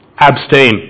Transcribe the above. Abstain